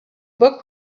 book